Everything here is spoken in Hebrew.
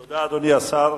תודה, אדוני השר.